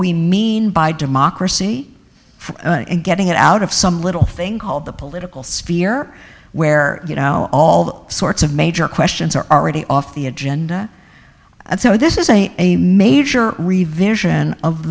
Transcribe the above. we mean by democracy and getting it out of some little thing called the political sphere where you know all sorts of major questions are already off the agenda and so this is a a major revision of